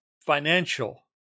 financial